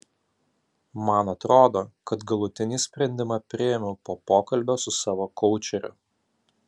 man atrodo kad galutinį sprendimą priėmiau po pokalbio su savo koučeriu